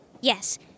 Yes